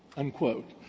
unquote,